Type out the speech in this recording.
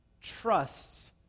trusts